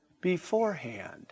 Beforehand